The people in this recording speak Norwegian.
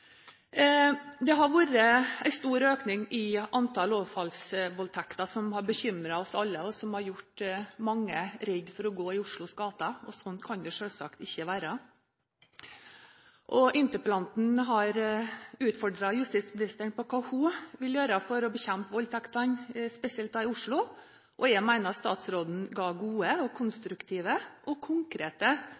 Det har vært en stor økning i antall overfallsvoldtekter. Det har bekymret oss alle, og det har gjort at mange er redde for å gå i Oslos gater. Sånn kan det selvsagt ikke være. Interpellanten har utfordret justisministeren på hva hun vil gjøre for å bekjempe voldtektene, spesielt da i Oslo. Jeg mener statsråden ga gode, konstruktive og konkrete